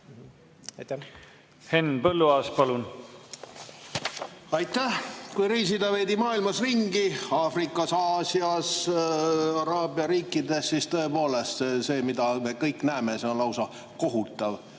Henn Põlluaas, palun! Aitäh! Kui reisida veidi maailmas ringi, näiteks Aafrikas, Aasias ja araabia riikides, siis tõepoolest see, mida me kõik näeme, on lausa kohutav.